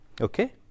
okay